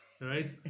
right